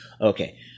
Okay